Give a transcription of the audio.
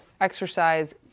exercise